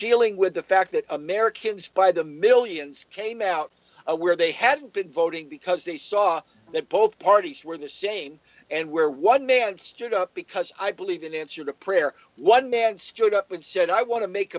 dealing with the fact that americans by the millions came out where they had been voting because they saw that both parties were the same and where one man stood up because i believe in answer to prayer one man stood up and said i want to make